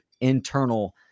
internal